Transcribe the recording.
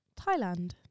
Thailand